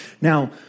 Now